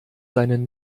seinen